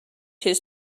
his